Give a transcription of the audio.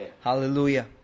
Hallelujah